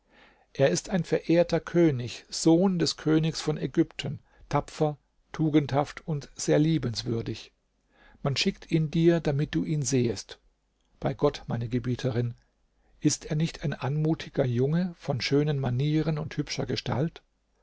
er ist ein verehrter könig sohn des königs von ägypten tapfer tugendhaft und sehr liebenswürdig man schickt ihn dir damit du ihn sehest bei gott meine gebieterin ist er nicht ein anmutiger junge von schönen manieren und hübscher gestalt